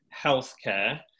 healthcare